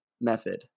method